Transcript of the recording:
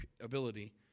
ability